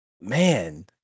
man